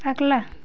अगला